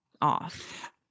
off